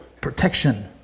protection